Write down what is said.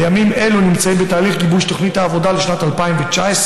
בימים אלו נמצאת בתהליך גיבוש תוכנית העבודה לשנת 2019,